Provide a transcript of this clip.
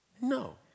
No